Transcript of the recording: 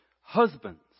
Husbands